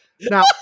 Now